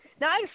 Now